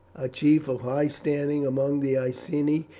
a chief of high standing among the iceni,